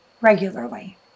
regularly